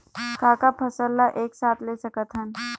का का फसल ला एक साथ ले सकत हन?